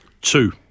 Two